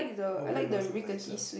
old playgrounds look nicer